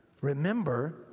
remember